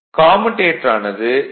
கம்யூடேடரானது ஏ